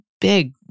big